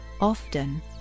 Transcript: often